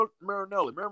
Marinelli